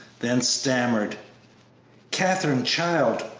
then stammered katherine, child,